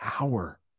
hour